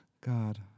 God